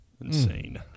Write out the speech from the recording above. Insane